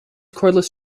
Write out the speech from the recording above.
cordless